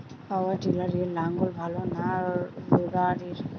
পাওয়ার টিলারে লাঙ্গল ভালো না রোটারের?